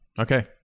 Okay